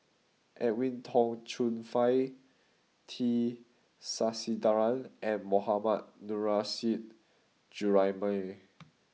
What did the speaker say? Edwin Tong Chun Fai T Sasitharan and Mohammad Nurrasyid Juraimi